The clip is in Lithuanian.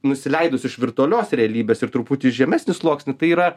nusileidus iš virtualios realybės ir truputį žemesnių sluoksnių tai yra